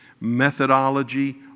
methodology